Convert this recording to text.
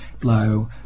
blow